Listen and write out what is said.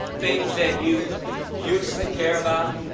things that you used to care about.